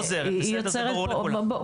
היא לא עוזרת, זה ברור לכולם.